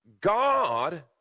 God